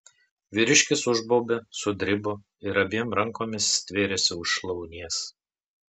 vyriškis užbaubė sudribo ir abiem rankomis stvėrėsi už šlaunies